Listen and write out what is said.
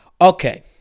okay